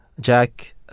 Jack